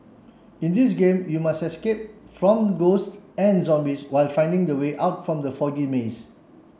in this game you must escape from ghosts and zombies while finding the way out from the foggy maze